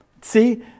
See